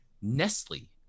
Nestle